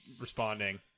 responding